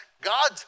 God